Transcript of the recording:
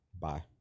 Bye